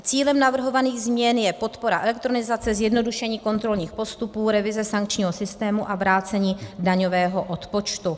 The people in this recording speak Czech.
Cílem navrhovaných změn je podpora elektronizace, zjednodušení kontrolních postupů, revize sankčního systému a vrácení daňového odpočtu.